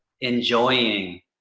enjoying